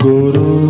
Guru